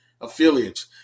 affiliates